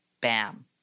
bam